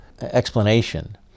explanation